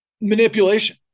manipulation